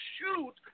shoot